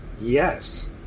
yes